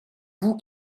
vous